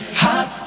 hot